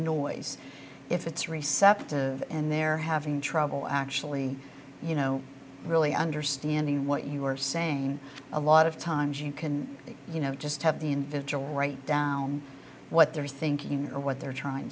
noise if it's receptive and they're having trouble actually you know really understanding what you're saying a lot of times you can you know just have the individual write down what they're thinking or what they're trying